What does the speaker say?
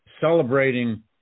celebrating